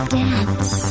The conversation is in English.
dance